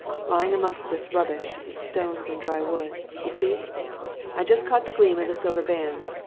lying amongst this rubbish stones and dry wood, you see i just caught the gleam of the silver band.